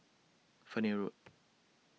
Fernhill Road